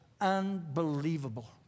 unbelievable